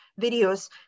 videos